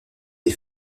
des